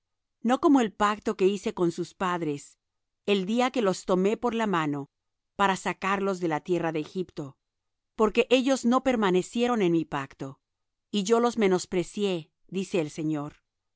no como el pacto que hice con sus padres el día que los tomé por la mano para sacarlos de la tierra de egipto porque ellos no permanecieron en mi pacto y yo los menosprecié dice el señor por